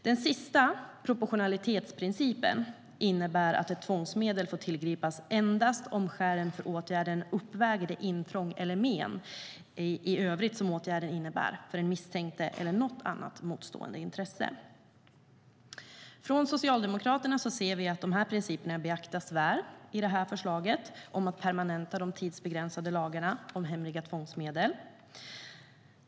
Den sista principen, proportionalitetsprincipen, innebär att ett tvångsmedel får tillgripas endast om skälen för åtgärden uppväger det intrång eller men i övrigt som åtgärden innebär för den misstänkte eller något annat motstående intresse. Vi socialdemokrater anser att principerna beaktas väl i förslaget om att permanenta de tidsbegränsade lagarna om hemliga tvångsmedel.